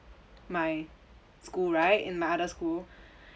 my school right in my other school